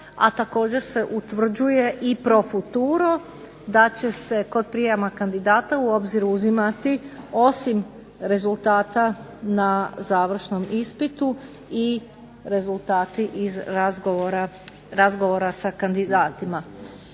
a također se utvrđuje i pro futuro da će se kod prijama kandidata u obzir uzimati osim rezultata na završnom ispitu i rezultati iz razgovora sa kandidatima.